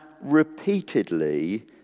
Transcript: repeatedly